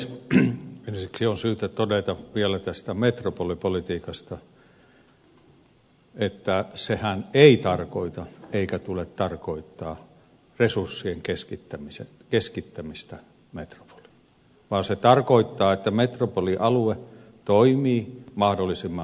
ensiksi on syytä todeta vielä tästä metropolipolitiikasta että sehän ei tarkoita eikä sen tule tarkoittaa resurssien keskittämistä metropoliin vaan se tarkoittaa että metropolialue toimii mahdollisimman hyvin ja tehokkaasti